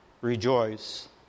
Rejoice